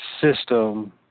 system